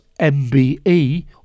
MBE